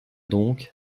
donc